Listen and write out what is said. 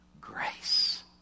grace